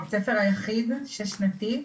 בית הספר היחיד, שש שנתי.